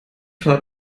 fahrt